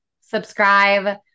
subscribe